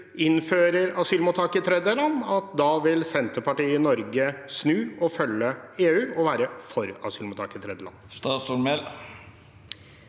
innfører asylmottak i tredjeland, vil Senterpartiet i Norge snu og følge EU og være for asylmottak i tredjeland?